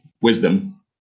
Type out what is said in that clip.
wisdom